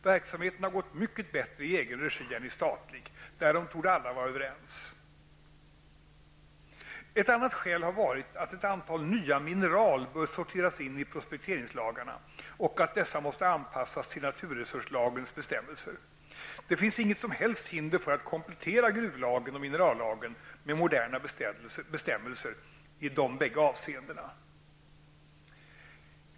Verksamheten har gått mycket bättre i egen regi än i statlig, därom torde alla vara överens. Ett annat skäl har varit att ett antal nya mineraler bör sorteras in i prospekteringslagarna, och att dessa måste anpassas till naturresurslagens bestämmelser. Det finns inget som helst hinder för att komplettera gruvlagen och minerallagen med moderna bestämmelser i dessa båda avseenden.